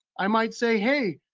i might say hey,